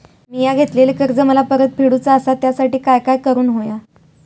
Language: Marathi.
मिया घेतलेले कर्ज मला परत फेडूचा असा त्यासाठी काय काय करून होया?